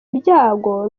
ibyago